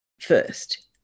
first